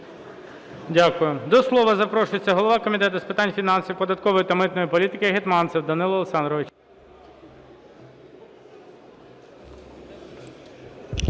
Дякую. До слова запрошується голова Комітету з питань фінансів, податкової та митної політики Гетманцев Данило Олександрович.